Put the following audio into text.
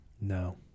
no